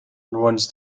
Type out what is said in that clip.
runs